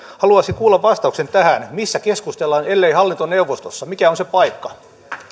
haluaisin kuulla vastauksen tähän missä keskustellaan ellei hallintoneuvostossa mikä on se paikka